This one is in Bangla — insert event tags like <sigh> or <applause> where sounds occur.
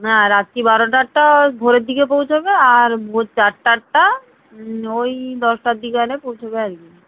না রাত্রি বারোটারটা ওই ভোরের দিকে পৌঁছবে আর ভোর চারটারটা ওই দশটার দিকে <unintelligible> পৌঁছোবে আর কি